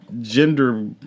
gender